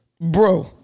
bro